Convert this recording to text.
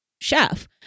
chef